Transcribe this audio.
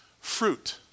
fruit